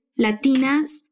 Latinas